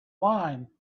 wine